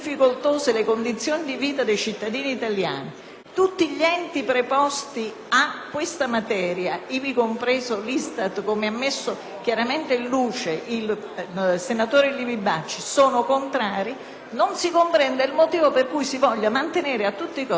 questa materia, ivi compreso l'ISTAT, come ha messo chiaramente in luce il senatore Livi Bacci, sono contrari e non si comprende il motivo per cui si voglia mantenere a tutti i costi una norma che non ha significato. Per questo voto contro